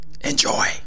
Enjoy